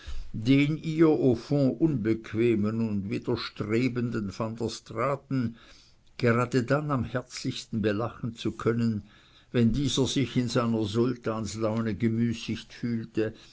den ihr au fond unbequemen und widerstrebenden van der straaten gerade dann am herzlichsten belachen zu können wenn dieser sich in seiner sultanslaune gemüßigt fühlte